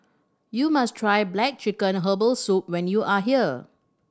you must try black chicken herbal soup when you are here